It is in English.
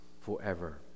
forever